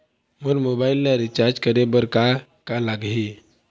मोर mobile ला recharge करे बर का का लगही?